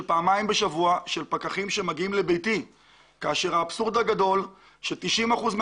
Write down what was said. פעמיים בשבוע של פקחים שמגיעים לביתי כאשר האבסורד הגדול הוא ש-90 אחוזים